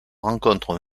rencontrent